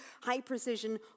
high-precision